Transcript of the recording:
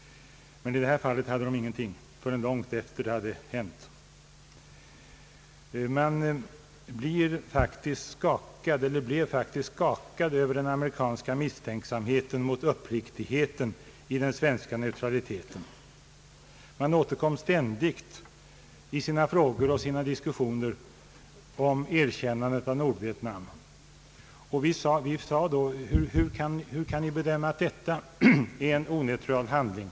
Men i detta fall fanns inget material förrän långt efter det att utspelet hade hänt. Man blev faktiskt skakad över den amerikanska misstänksamheten mot uppriktigheten i den svenska neutraliteten. I frågor och diskussioner återkom amerikanerna ständigt till erkännandet av Nordvietnam. Vi frågade hur de kunde bedöma detta som en oneutral handling.